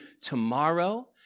tomorrow